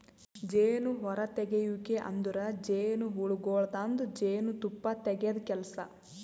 ಜೇನು ಹೊರತೆಗೆಯುವಿಕೆ ಅಂದುರ್ ಜೇನುಹುಳಗೊಳ್ದಾಂದು ಜೇನು ತುಪ್ಪ ತೆಗೆದ್ ಕೆಲಸ